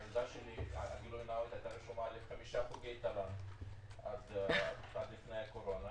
הילדה שלי הייתה רשומה לחמישה חוגי תל"ן לפני הקורונה